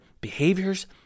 behaviors